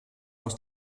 aus